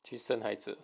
去生孩子